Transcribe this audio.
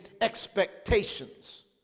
expectations